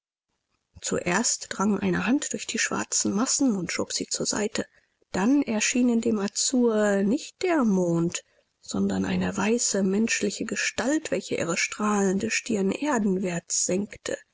zuerst drang eine hand durch die schwarzen massen und schob sie zur seite dann erschien in dem azur nicht der mond sondern eine weiße menschliche gestalt welche ihre strahlende stirn erdenwärts senkte